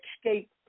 escape